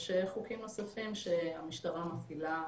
ויש חוקים נוספים שהמשטרה מפעילה